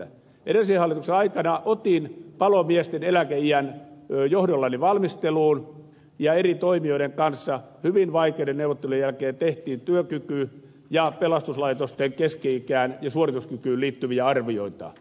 edellisen hallituksen aikana otin palomiesten eläkeiän johdollani valmisteluun ja eri toimijoiden kanssa hyvin vaikeiden neuvottelujen jälkeen tehtiin työkykyyn ja pelastuslaitosten keski ikään ja suorituskykyyn liittyviä arvioita